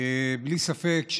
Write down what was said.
בלי ספק,